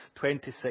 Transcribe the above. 26